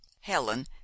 helen